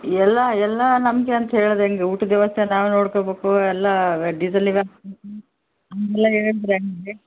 ಎಲ್ಲ ಎಲ್ಲ ನಮ್ಗೆಂತ ಹೇಳ್ದಂಗೆ ಊಟದ ವ್ಯವಸ್ಥೆ ನಾವೇ ನೋಡ್ಕಬೇಕು ಎಲ್ಲ ಡೀಸಿಲ್ಗೆ ಎಲ್ಲ ಏನೇನು